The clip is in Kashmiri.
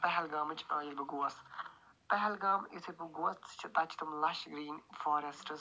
پہلگامٕچۍ ٲں ییٚلہِ بہٕ گوس پَہلگام یِتھٕے بہٕ گوس سُہ چھُ تَتہِ چھِ تِم لَش گرٛیٖن فواریٚسٹٕس